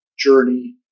journey